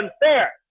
unfair